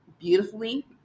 Beautifully